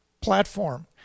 platform